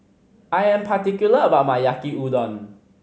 I am particular about my Yaki Udon